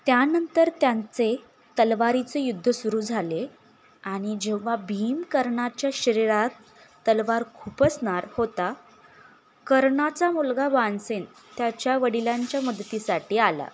त्यानंतर त्यांचे तलवारीचे युद्ध सुरू झाले आणि जेव्हा भीम कर्णाच्या शरीरात तलवार खुपसणार होता कर्णाचा मुलगा बाणसेन त्याच्या वडिलांच्या मदतीसाठी आला